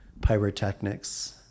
pyrotechnics